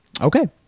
Okay